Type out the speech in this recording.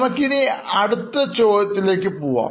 നമുക്കിനി അടുത്ത ചോദ്യത്തിലേക്ക് പോകാം